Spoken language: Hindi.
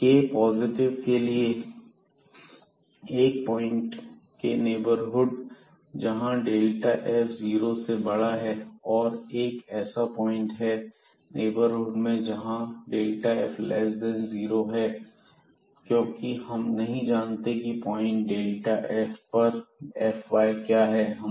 k पॉजिटिव के लिए 1 पॉइंट के नेबरहुड जहां f 0 से बड़ा है और एक ऐसा पॉइंट है नेबरहुड में जहां f लेस देन जीरो है क्योंकि हम नहीं जानते की प्वाइंट f पर fy क्या है